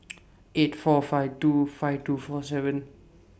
eight four five two five two four seven